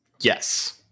yes